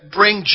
bring